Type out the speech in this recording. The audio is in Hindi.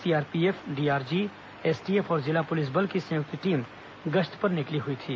सीआरपीएफ डीआरजी एसटीएफ और जिला पुलिस बल की संयुक्त टीम गश्त पर निकली थी